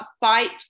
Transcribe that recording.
fight